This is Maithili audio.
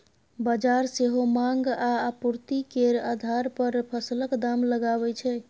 बजार सेहो माँग आ आपुर्ति केर आधार पर फसलक दाम लगाबै छै